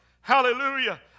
Hallelujah